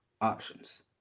options